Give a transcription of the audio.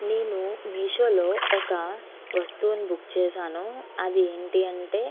నేను మీషోలో ఒక వస్తువును బుక్ చేశాను అది ఏంటి అంటే